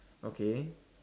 okay